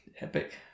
Epic